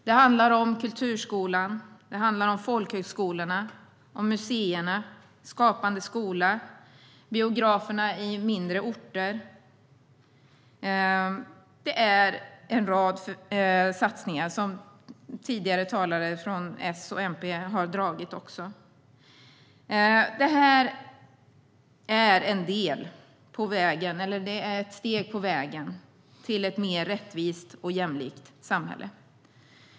Det handlar om kulturskolan, folkhögskolorna, museerna, Skapande skola och biograferna på mindre orter. Det är en rad satsningar som tidigare talare från S och MP också har tagit upp. Det är ett steg på vägen till ett mer rättvist och jämlikt samhälle.